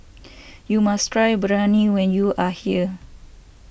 you must try Biryani when you are here